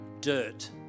dirt